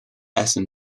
essen